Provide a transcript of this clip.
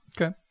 okay